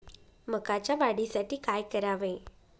मकाच्या वाढीसाठी काय करावे?